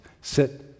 Sit